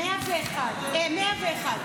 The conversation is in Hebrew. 101. חבריי חברי הכנסת,